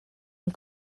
and